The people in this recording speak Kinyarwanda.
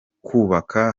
kubaka